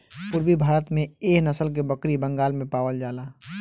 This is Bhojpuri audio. पूरबी भारत में एह नसल के बकरी बंगाल में पावल जाला